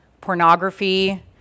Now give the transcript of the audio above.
pornography